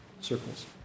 circles